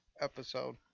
episode